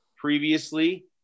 previously